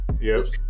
Yes